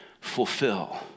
fulfill